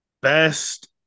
best